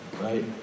right